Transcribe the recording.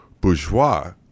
Bourgeois